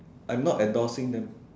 I'm not endorsing them